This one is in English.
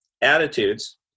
Attitudes